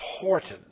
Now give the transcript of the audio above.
important